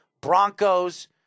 Broncos